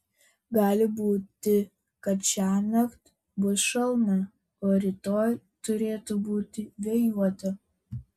gali būti kad šiąnakt bus šalna o rytoj turėtų būti vėjuota